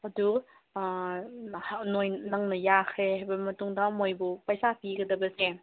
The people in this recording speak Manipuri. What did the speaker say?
ꯑꯗꯨ ꯅꯪꯅ ꯌꯥꯈ꯭ꯔꯦ ꯍꯥꯏꯕ ꯃꯇꯨꯡꯗ ꯃꯣꯏꯕꯨ ꯄꯩꯁꯥ ꯄꯤꯒꯗꯕꯁꯦ